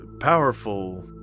powerful